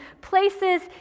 places